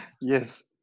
yes